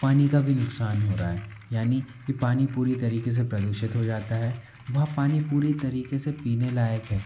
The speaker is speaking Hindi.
पानी का भी नुक्सान हो रहा है यानि कि पानी पूरी तरीके से प्रदूषित हो जाता है वह पानी पूरी तरीके से पीने लायक है